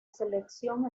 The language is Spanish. selección